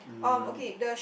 um